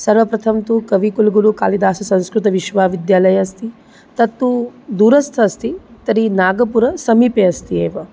सर्वप्रथमं तु कविकुलगुरुकालिदाससंस्कृतविश्वविद्यालयः अस्ति तत्तु दूरस्थः अस्ति तर्हि नागपुरसमीपे अस्ति एव